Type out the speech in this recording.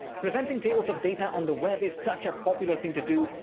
presenting tables of data on the web is such a popular thing to do,